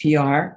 PR